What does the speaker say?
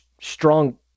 strong